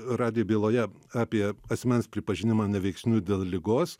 radijo byloje apie asmens pripažinimą neveiksniu dėl ligos